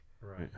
right